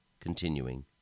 continuing